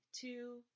Two